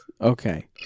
Okay